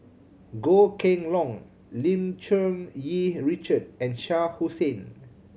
Goh Kheng Long Lim Cherng Yih Richard and Shah Hussain